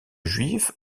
juifs